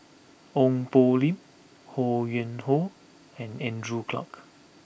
Ong Poh Lim Ho Yuen Hoe and Andrew Clarke